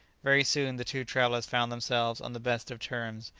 very soon the two travellers found themselves on the best of terms,